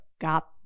Got